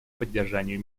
поддержанию